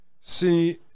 See